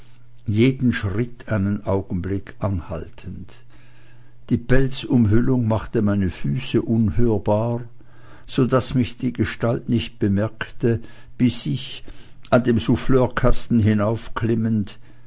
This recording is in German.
jeden schritt einen augenblick anhaltend die pelzumhüllung machte meine füße unhörbar so daß mich die gestalt nicht bemerkte bis ich an dem